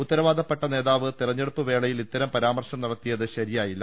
ഉത്തരവാദി ത്വപ്പെട്ട നേതാവ് തെരഞ്ഞെടുപ്പ് വേളയിൽ ഇത്തരം പരാമർശം നടത്തിയത് ശരിയായില്ല